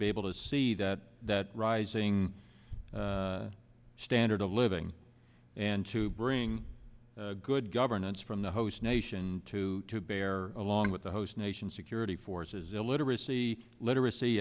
be able to see that that rising standard of living and to bring good governance from the host nation to bear along with the host nation security forces illiteracy literacy